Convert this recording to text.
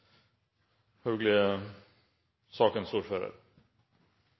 sakens ordfører.